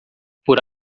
por